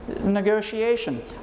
negotiation